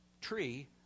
tree